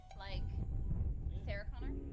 like the song